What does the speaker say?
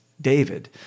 David